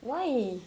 why